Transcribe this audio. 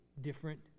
different